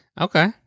Okay